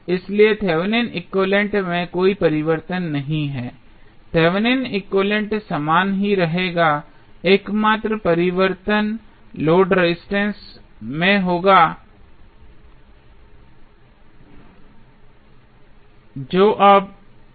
इसलिए Thevenin equivalent Thevenins equivalent में कोई परिवर्तन नहीं है थेवेनिन एक्विवैलेन्ट Thevenins equivalent समान ही रहेगा एकमात्र परिवर्तन लोड रेजिस्टेंस में होगा जो अब है